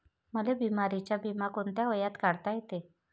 मले बिमारीचा बिमा कोंत्या वयात काढता येते?